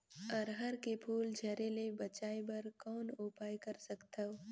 अरहर के फूल झरे ले बचाय बर कौन उपाय कर सकथव?